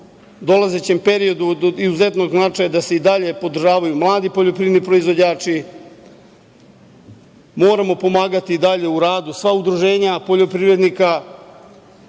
dolazećem periodu od izuzetnog značaja da se i dalje podržavaju mladi poljoprivredni proizvođači. Moramo pomagati i dalje u radu sva udruženja poljoprivrednika,